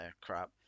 crap